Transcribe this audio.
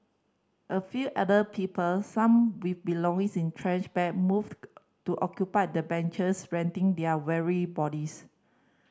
a few elder people some with belongings in trash bag moved to occupy the benches renting their weary bodies